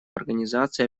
организации